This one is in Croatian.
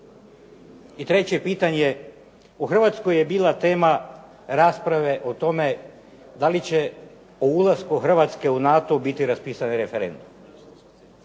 I treće pitanje, u Hrvatskoj je bila tema rasprave o tome da li će po ulasku Hrvatske u NATO biti raspisan referendum.